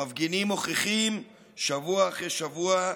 המפגינים מוכיחים, שבוע אחרי שבוע,